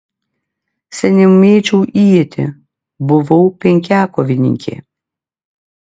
seniau mėčiau ietį buvau penkiakovininkė